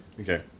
Okay